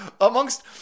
Amongst